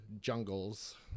jungles